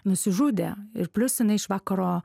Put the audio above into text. nusižudė ir plius jinai iš vakaro